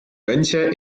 mönche